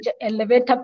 elevator